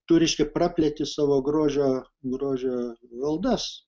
tu reiškia prapleti savo grožio grožio valdas